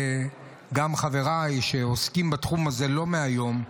גם חבריי שעוסקים בתחום הזה לא מהיום,